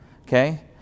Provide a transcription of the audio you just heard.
okay